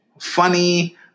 funny